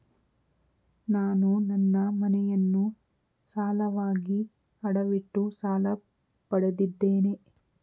ನಾನು ನನ್ನ ಮನೆಯನ್ನು ಸಾಲವಾಗಿ ಅಡವಿಟ್ಟು ಸಾಲ ಪಡೆದಿದ್ದೇನೆ